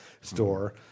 store